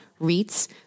REITs